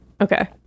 Okay